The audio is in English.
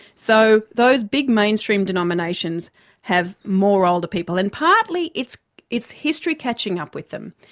so those big mainstream denominations have more older people and partly it's it's history catching up with them.